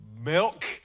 milk